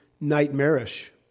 nightmarish